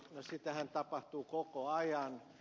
no sitähän tapahtuu koko ajan